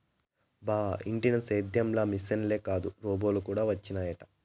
బా ఇంటినా సేద్యం ల మిశనులే కాదు రోబోలు కూడా వచ్చినయట